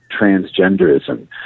transgenderism